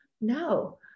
No